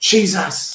Jesus